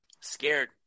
scared